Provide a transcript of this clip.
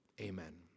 amen